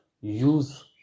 use